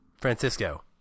francisco